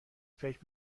فکر